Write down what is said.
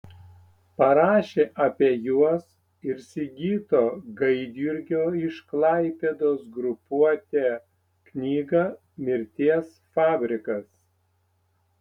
parašė apie juos ir sigito gaidjurgio iš klaipėdos grupuotę knygą mirties fabrikas